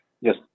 Yes